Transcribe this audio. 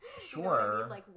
Sure